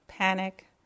Panic